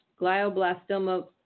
glioblastoma